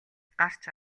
гарч